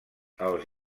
els